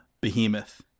behemoth